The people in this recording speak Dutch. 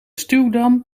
stuwdam